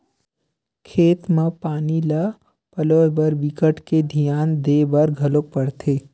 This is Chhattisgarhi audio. खेत म पानी ल पलोए बर बिकट के धियान देबर घलोक परथे